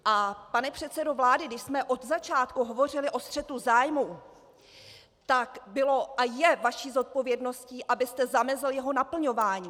A pane předsedo vlády, když jsme od začátku hovořili o střetu zájmů, tak bylo a je vaší zodpovědností, abyste zamezil jeho naplňování.